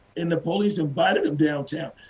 and the police invited them downtown.